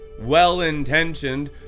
well-intentioned